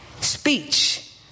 speech